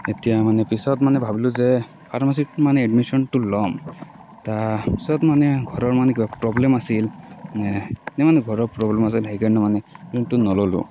এতিয়া মানে পিছত মানে ভাবিলোঁ যে ফাৰ্মাচিত মানে এডমিচনটো লম তাৰপাছত মানে ঘৰৰ মানে কিবা প্ৰব্লেম আছিল নাই মানে ঘৰৰ প্ৰব্লেম আছিল সেইটো কাৰণে মানে সেইটো নল'লো